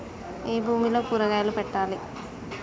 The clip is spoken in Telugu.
ఏ భూమిలో కూరగాయలు పెట్టాలి?